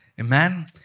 Amen